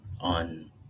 on